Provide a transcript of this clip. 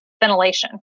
ventilation